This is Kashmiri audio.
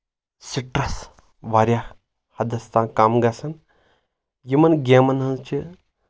سٔٹرٛس واریاہ حدس تانۍ کم گژھان یِمن گیمَن ہٕنٛز چھِ